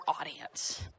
audience